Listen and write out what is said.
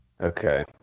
Okay